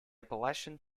appalachian